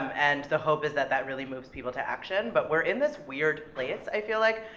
and the hope is that that really moves people to action, but we're in this weird place, i feel like,